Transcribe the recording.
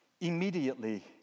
Immediately